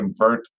convert